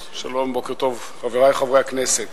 בוקר טוב, חברי חברי הכנסת.